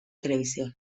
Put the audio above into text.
televisión